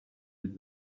did